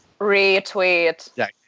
Retweet